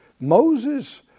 Moses